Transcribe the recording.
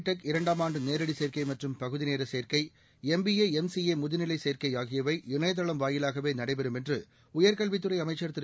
tech இரண்டாமாண்டு நேரடி சேர்க்கை மற்றும் பகுதிநேர சேர்க்கை எம்பிஏ எம்சிஏ முதுநிலை சேர்க்கை ஆகியவை இணையதளம் வாயிலாகவே நடைபெறும் என்று உயர்கல்வித்துறை அமைச்சர் திரு